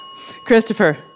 Christopher